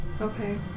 Okay